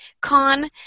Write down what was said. con